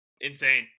Insane